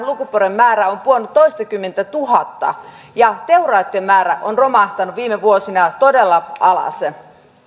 lukuporojen määrä on pudonnut toistakymmentätuhatta ja teuraitten määrä on romahtanut viime vuosina todella alas